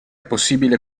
possibile